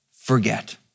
forget